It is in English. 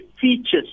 features